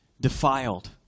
defiled